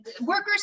workers